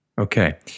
Okay